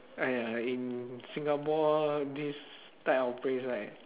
!aiya! in singapore this type of place right